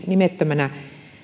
nimettömänä